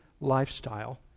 lifestyle